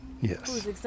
Yes